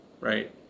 right